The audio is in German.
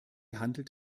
handelt